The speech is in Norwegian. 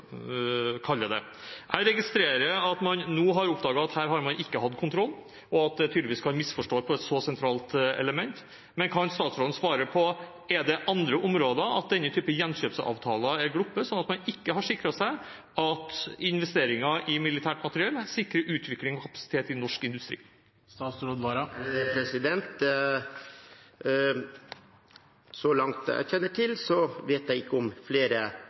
det. Jeg registrerer at man nå har oppdaget at her har man ikke hatt kontroll, og at det tydeligvis kan misforstås på et så sentralt element, men kan statsråden svare på om det er andre områder der denne typen gjenkjøpsavtaler har glippet, slik at man ikke har sikret seg at investeringer i militært materiell sikrer utvikling og kapasitet i norsk industri? Så langt jeg kjenner til, vet jeg ikke om flere